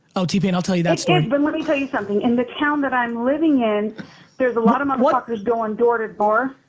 oh t-pain i'll tell you that story. it is, but let me tell you something. in the town that i'm living in there's a lot of mother fuckers going door-to-door.